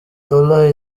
dola